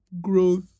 growth